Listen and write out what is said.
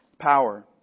power